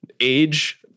age